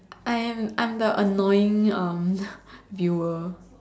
I I'm the annoying viewer